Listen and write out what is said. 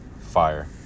fire